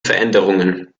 veränderungen